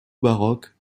baroque